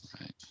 Right